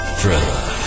Thriller